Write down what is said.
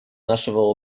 нашего